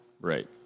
Right